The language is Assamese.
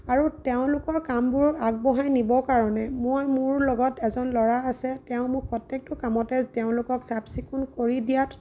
আৰু তেওঁলোকৰ কামবোৰ আগবঢ়াই নিবৰ কাৰণে মই মোৰ লগত এজন ল'ৰা আছে তেওঁ মোক প্ৰত্যেকটো কামতে তেওঁলোকক চাফ চিকুণ কৰি দিয়াত